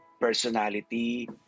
personality